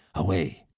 away!